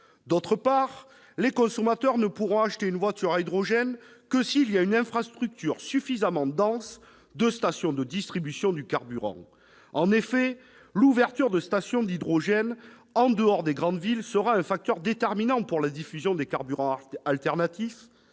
De plus, les consommateurs ne pourront acheter une voiture à hydrogène que s'il y a une infrastructure suffisamment dense de stations de distribution du carburant. En effet, l'ouverture de stations d'hydrogène en dehors des grandes villes sera un facteur déterminant pour la diffusion des carburants alternatifs,